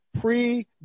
pre-